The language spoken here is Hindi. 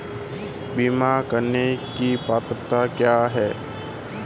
बीमा करने की पात्रता क्या है?